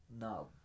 No